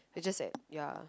it's just that ya